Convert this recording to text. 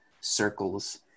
circles